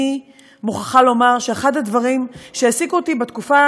אני מוכרחה לומר שאחד הדברים שהעסיקו אותי בתקופה